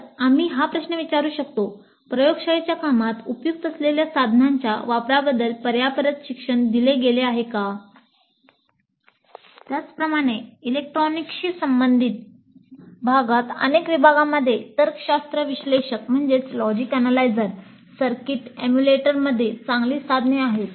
तर आम्ही हा प्रश्न विचारू शकतो प्रयोगशाळेच्या कामात उपयुक्त असलेल्या साधनांच्या वापराबद्दल पर्याप्त प्रशिक्षण दिले गेले आहे का त्याचप्रमाणे इलेक्ट्रॉनिक्सशी संबंधित भागात अनेक विभागांमध्ये तर्कशास्त्र विश्लेषक चांगली साधने आहेत